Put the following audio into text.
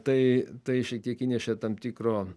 tai tai šiek tiek įnešė tam tikro